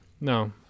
No